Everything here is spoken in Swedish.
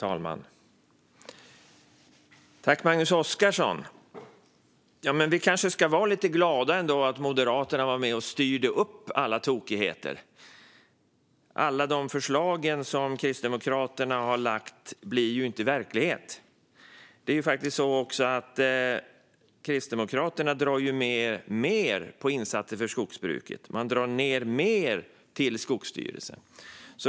Fru talman! Vi kanske ska vara lite glada ändå att Moderaterna var med och styrde upp alla tokigheter - alla de förslag som Kristdemokraterna har lagt fram blir ju inte verklighet. Det är ju faktiskt så att Kristdemokraterna i sin budgetmotion drar ned med mer på insatser för skogsbruket. Man drar ned med mer på anslagen till Skogsstyrelsen.